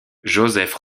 joseph